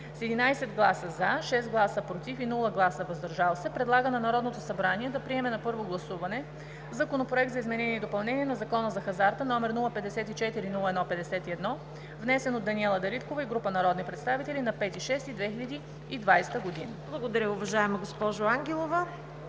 С 11 гласа „за“, 6 „против“ и без „въздържал се“ предлага на Народното събрание да приеме на първо гласуване Законопроект за изменение и допълнение на Закона за хазарта, № 054-01-51, внесен от Даниела Дариткова и група народни представители на 5 юни 2020 г.“ ПРЕДСЕДАТЕЛ ЦВЕТА КАРАЯНЧЕВА: Благодаря, уважаема госпожо Ангелова.